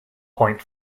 point